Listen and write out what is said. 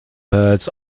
birds